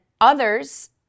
others